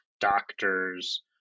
doctors